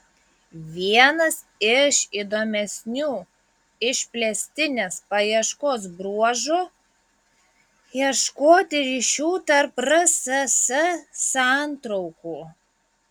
vienas iš įdomesnių išplėstinės paieškos bruožų ieškoti ryšių tarp rss santraukų